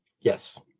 Yes